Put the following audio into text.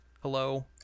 Hello